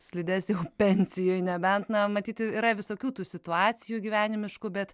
slides jau pensijoje nebent na matyt yra visokių tų situacijų gyvenimiškų bet